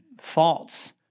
thoughts